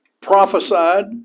prophesied